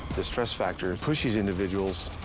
the stress factor pushes individuals